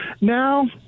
Now